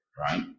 right